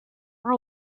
are